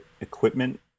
equipment